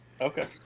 Okay